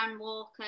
Walker